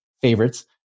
favorites